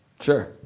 Sure